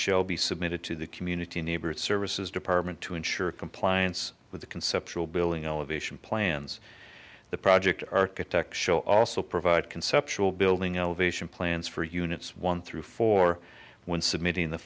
be submitted to the community neighborhood services department to ensure compliance with the conceptual building elevation plans the project architect show also provide conceptual building elevation plans for units one through four when submitting the